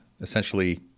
essentially